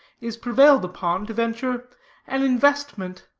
is prevailed upon to venture an investment.